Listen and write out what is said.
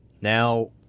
Now